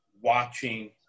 watching